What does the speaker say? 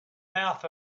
mouth